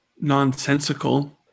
nonsensical